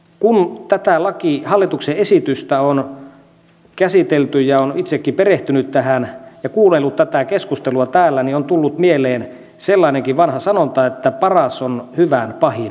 kun tätä hallituksen esitystä on käsitelty ja olen itsekin perehtynyt tähän ja kuunnellut tätä keskustelua täällä niin on tullut mieleen sellainenkin vanha sanonta että paras on hyvän pahin vihollinen